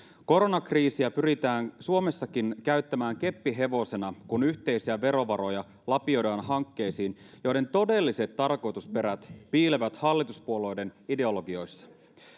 koronakriisiä pyritään suomessakin käyttämään keppihevosena kun yhteisiä verovaroja lapioidaan hankkeisiin joiden todelliset tarkoitusperät piilevät hallituspuolueiden ideologioissa